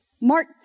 Mark